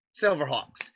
Silverhawks